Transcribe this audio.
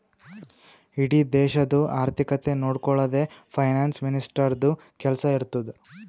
ಇಡೀ ದೇಶದು ಆರ್ಥಿಕತೆ ನೊಡ್ಕೊಳದೆ ಫೈನಾನ್ಸ್ ಮಿನಿಸ್ಟರ್ದು ಕೆಲ್ಸಾ ಇರ್ತುದ್